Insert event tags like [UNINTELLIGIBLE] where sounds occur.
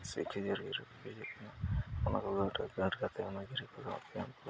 ᱥᱤᱠᱟᱹᱨᱤᱭᱟᱹ [UNINTELLIGIBLE] ᱚᱱᱟ ᱠᱚᱫᱚ ᱢᱤᱫᱴᱮᱜ ᱜᱟᱹᱴ ᱠᱟᱛᱮ ᱚᱱᱟ ᱜᱤᱨᱟᱹ ᱠᱚᱫᱚ [UNINTELLIGIBLE]